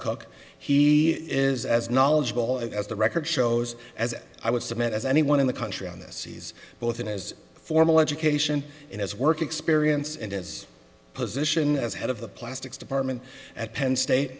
cook he is as knowledgeable as the record shows as i would submit as anyone in the country on this sees both in his formal education in his work experience and his position as head of the plastics department at penn state